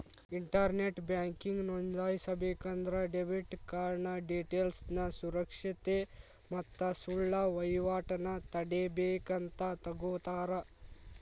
internet banking ನೋಂದಾಯಿಸಬೇಕಂದ್ರ debit card ಡೇಟೇಲ್ಸ್ನ ಸುರಕ್ಷತೆ ಮತ್ತ ಸುಳ್ಳ ವಹಿವಾಟನ ತಡೇಬೇಕಂತ ತೊಗೋತರ